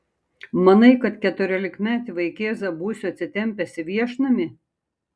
manai kad keturiolikmetį vaikėzą būsiu atsitempęs į viešnamį